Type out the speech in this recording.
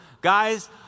Guys